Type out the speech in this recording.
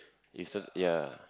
ya